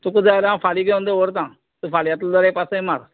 तुका जाय जाल्यार हांव फाल्यां घेवन दोवरतां तूं फाल्यां येतलो जाल्यार एक पासय मार